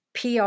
PR